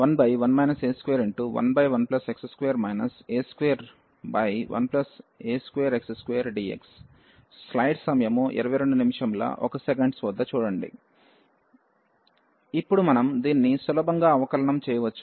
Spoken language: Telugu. కాబట్టి a011a2x21x2dx011 a211x2 a21a2x2dx ఇప్పుడు మనం దీన్ని సులభంగా అవకలనం చేయవచ్చు